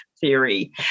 theory